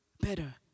better